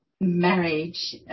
marriage